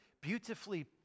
beautifully